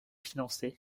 financer